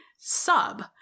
sub